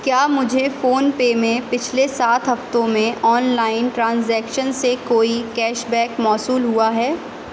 کیا مجھے فون پے میں پچھلے سات ہفتوں میں آن لائن ٹرانزیکشن سے کوئی کیش بیک موصول ہوا ہے